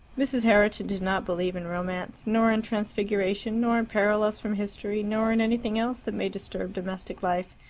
mrs. herriton did not believe in romance nor in transfiguration, nor in parallels from history, nor in anything else that may disturb domestic life.